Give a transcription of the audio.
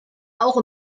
auch